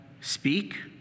speak